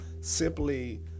simply